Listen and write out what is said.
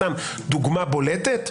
למשל דוגמה בולטת,